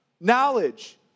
knowledge